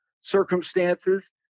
circumstances